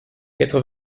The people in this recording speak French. quatre